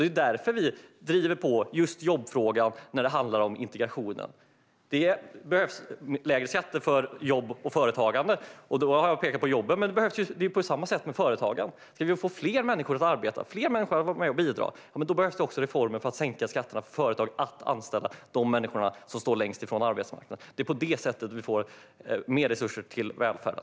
Det är därför som vi driver på jobbfrågan när det handlar om integrationen. Det behövs lägre skatter för jobb och företagande. Jag har pekat på jobben. Det är på samma sätt med företagande. Ska vi få fler människor att arbeta och vara med och bidra behövs reformer för att sänka skatterna för företag så att de kan anställa de människor som står längst från arbetsmarknaden. Det är på det sättet vi får mer resurser till välfärden.